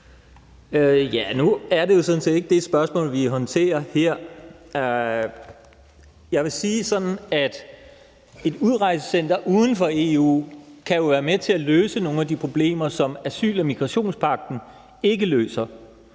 (V): Nu er det jo sådan set ikke det spørgsmål, vi håndterer her. Jeg vil sige det sådan, at et udrejsecenter uden for EU kan være med til at løse nogle af de problemer, som asyl- og migrationspagten ikke løser,